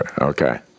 Okay